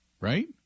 Right